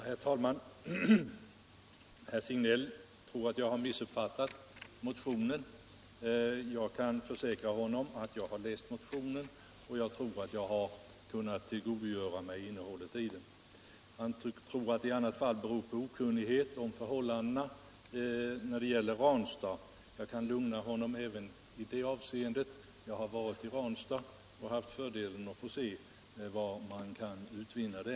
Herr talman! Herr Signell tror att jag har missuppfattat motionen. Jag kan försäkra honom att jag har läst motionen, och jag tror att jag har kunnat tillgodogöra mig innehållet i den. Han tror att min ståndpunkt i annat fall beror på okunnighet om förhållandena när det gäller Ranstad. Jag kan lugna honom även i det avseendet. Jag har varit i Ranstad och haft fördelen att få se vad man kan utvinna där.